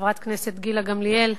חברת הכנסת גילה גמליאל,